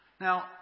Now